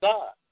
God